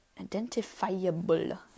identifiable